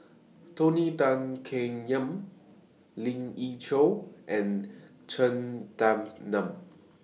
Tony Tan Keng Yam Lien Ying Chow and Cheng Tsang Man